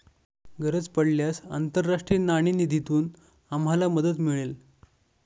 गरज पडल्यास आंतरराष्ट्रीय नाणेनिधीतून आम्हाला मदत मिळेल